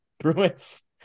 bruins